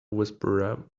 whisperer